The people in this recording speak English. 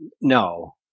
No